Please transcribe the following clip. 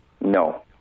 No